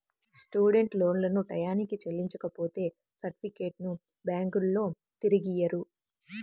student లోన్లను టైయ్యానికి చెల్లించపోతే సర్టిఫికెట్లను బ్యాంకులోల్లు తిరిగియ్యరు